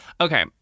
Okay